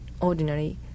ordinary